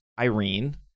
Irene